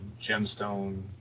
gemstone